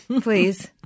please